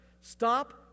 Stop